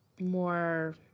more